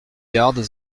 gardes